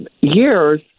years